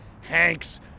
Hank's